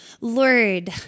Lord